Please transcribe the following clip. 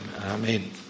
Amen